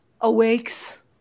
awakes